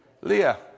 Leah